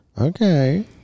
Okay